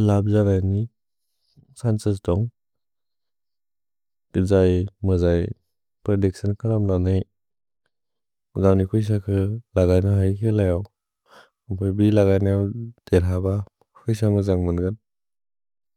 बिबे जन्गि चोउन्त्र्य् अव इल्लेगल्। करन् मन्से तिन न थन्ग्ब बिबे जन्गि चोउन्त्र्य् अव इल्लेगल्। ख्विश लोगय्ने अन्ज मज मन। करन् मन्से तिन न थन्ग्ब बिबे जन्गि चोउन्त्र्य् अव इल्लेगल्। ख्विश लोगय्ने अन्ज मज मन। Thank you very much.